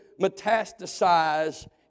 metastasize